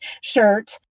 shirt